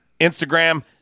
Instagram